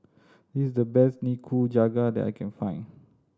this is the best Nikujaga that I can find